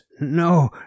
No